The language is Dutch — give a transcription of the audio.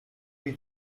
die